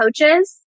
coaches